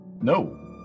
No